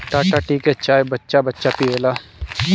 Tata tea के चाय बच्चा बच्चा पियेला